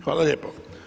Hvala lijepo.